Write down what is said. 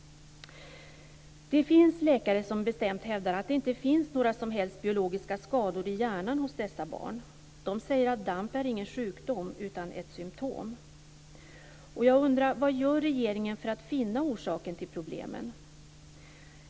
Det finns läkare som bestämt hävdar att det inte finns några som helst biologiska skador i hjärnan hos dessa barn. De säger att DAMP inte är någon sjukdom utan ett symtom. Jag undrar: Vad gör regeringen för att finna orsaken till problemen?